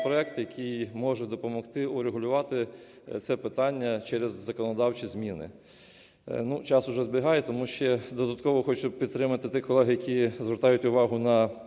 додатково хочу підтримати тих колег, які звертають увагу на